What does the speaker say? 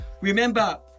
Remember